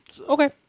Okay